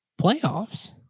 Playoffs